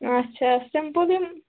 اَچھا سِمپٕل یِم